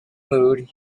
mood